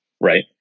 right